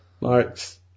marks